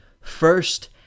first